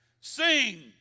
sing